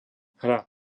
hra